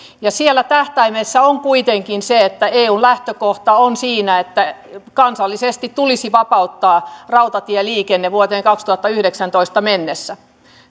siellä tähtäimessä on kuitenkin se eun lähtökohta on se että kansallisesti tulisi vapauttaa rautatieliikenne vuoteen kaksituhattayhdeksäntoista mennessä